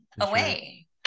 away